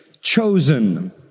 chosen